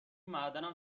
معدنم